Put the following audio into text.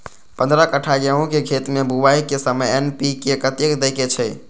पंद्रह कट्ठा गेहूं के खेत मे बुआई के समय एन.पी.के कतेक दे के छे?